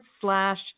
slash